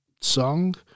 song